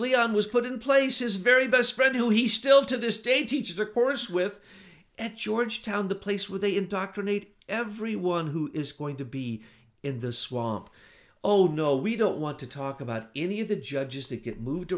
leon was put in place is very best friend who he still to this day teaches a course with at georgetown the place with a indoctrinate everyone who is going to be in the swamp all know we don't want to talk about any of the judges that get moved